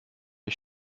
ich